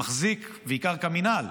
מחזיק והיא קרקע במינהל,